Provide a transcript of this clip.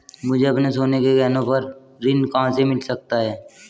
मुझे अपने सोने के गहनों पर ऋण कहां से मिल सकता है?